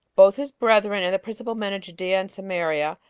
both his brethren, and the principal men of judea and samaria,